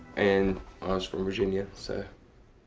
and i was from virginia, so.